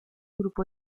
grupo